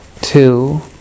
two